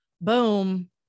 boom